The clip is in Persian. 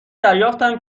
دریافتم